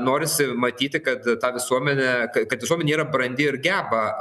norisi matyti kad tą visuomenę kad visuomenė yra brandi ir geba